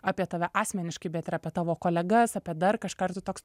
apie tave asmeniškai bet ir apie tavo kolegas apie dar kažką ir tu toks